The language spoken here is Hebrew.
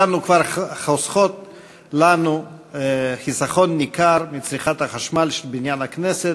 חוסכים חלק ניכר מצריכת החשמל של בניין הכנסת,